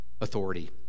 authority